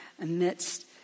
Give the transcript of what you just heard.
amidst